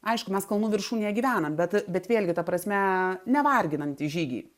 aišku mes kalnų viršūnėje gyvenam bet bet vėlgi ta prasme ne varginantys žygiai